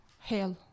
hell